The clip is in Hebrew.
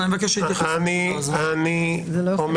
אני אומר